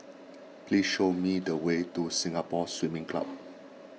please show me the way to Singapore Swimming Club